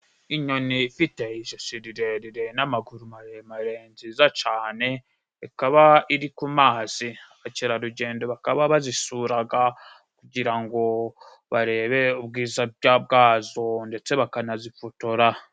Inyoni ifite rirerire n'amaguru maremare nziza cane, ikaba iri ku mazi abakerarugendo bakaba bazisuraga, kugira ngo barebe ubwiza bwazo ndetse bakanazifotora.